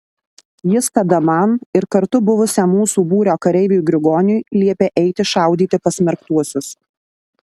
jis tada man ir kartu buvusiam mūsų būrio kareiviui grigoniui liepė eiti šaudyti pasmerktuosius